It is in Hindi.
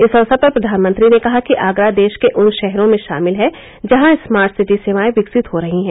इस अवसर पर प्रधानमंत्री ने कहा कि आगरा देश के उन शहरों में शामिल है जहां स्मार्ट सिटी सेवायें विकसित हो रही हैं